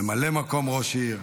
ממלא מקום ראש עיר.